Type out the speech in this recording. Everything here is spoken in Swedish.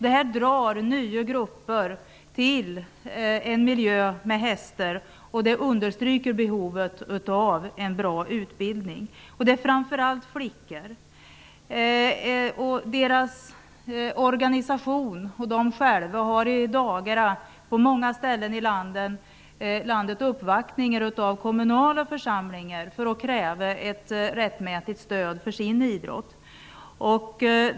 Det här drar nya grupper till en miljö med hästar, och det understryker behovet av en bra utbildning. Detta rör framför allt flickor. Organisationerna och flickorna själva har i dagarna på många platser i landet uppvaktat kommunala församlingar för att kräva ett rättmätigt stöd för sin idrott.